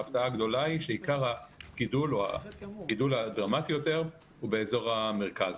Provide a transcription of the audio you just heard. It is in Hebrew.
ההפתעה הגדולה היא שעיקר הגידול או הגידול הדרמטי יותר הוא באזור המרכז.